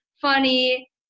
funny